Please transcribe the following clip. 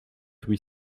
huit